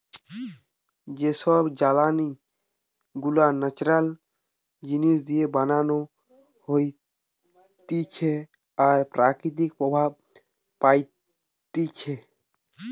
যে সব জ্বালানি গুলা ন্যাচারাল জিনিস দিয়ে বানানো হতিছে আর প্রকৃতি প্রভাব পাইতিছে